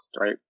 right